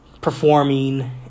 performing